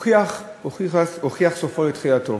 החוק נמצא, והתקנה הייתה בידיכם,